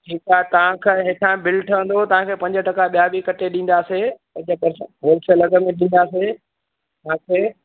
ठीकु आहे तव्हांखां हेठां बिल ठहिंदो तव्हांखे पंज टका ॿिया बि कटे ॾींदासीं होलसेल अघि में ॾींदासीं